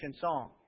song